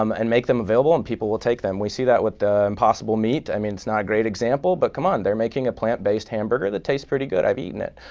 um and make them available and people will take them. we see that with impossible meat i mean, it's a great example but come on, they're making a plant-based hamburger that tastes pretty good, i've eaten it.